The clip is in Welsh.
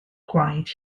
gwaed